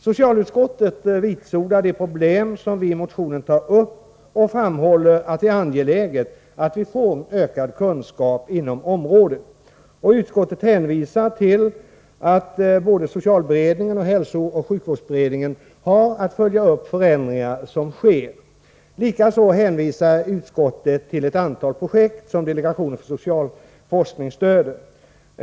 Socialutskottet vitsordar de problem som vi i motionen tar upp och framhåller att det är angeläget att vi får ökad kunskap inom området. Utskottet hänvisar till att både socialberedningen och hälsooch sjukvårdsberedningen har att följa förändringar som sker. Likaså hänvisar utskottet till ett antal projekt som delegationen för social forskning stöder.